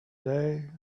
day